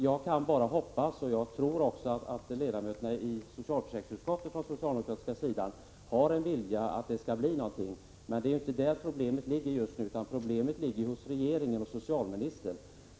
Jag tror att de socialdemokratiska ledamöterna i socialförsäkringsutskottet har en vilja att det skall bli någonting, men det är ju inte där problemet ligger just nu, utan problemet ligger hos regeringen.